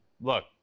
Look